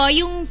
yung